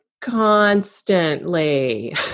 constantly